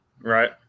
Right